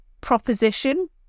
proposition